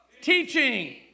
Teaching